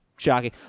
shocking